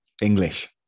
English